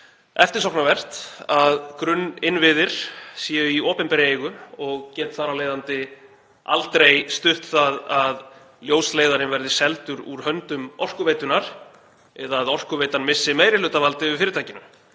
eftirsóknarvert að grunninnviðir séu í opinberri eigu og get þar af leiðandi aldrei stutt það að Ljósleiðarinn verði seldur úr höndum Orkuveitunnar eða að Orkuveitan missi meirihlutavald yfir fyrirtækinu,